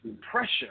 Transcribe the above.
pressure